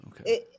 Okay